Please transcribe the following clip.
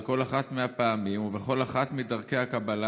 בכל אחת מהפעמים ובכל אחת מדרכי הקבלה,